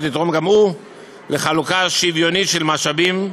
יתרום גם הוא לחלוקה שוויונית של משאבים,